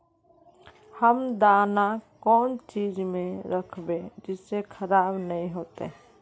हम दाना कौन चीज में राखबे जिससे खराब नय होते?